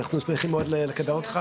אנחנו שמחים לארח אותך.